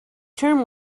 term